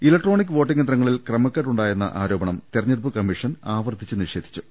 electronic voting യന്ത്രങ്ങളിൽ ക്രമക്കേടുണ്ടായെന്ന ആരോപണം തെരഞ്ഞെടുപ്പ് കമ്മീഷൻ ആവർത്തിച് നിഷേധിച്ചു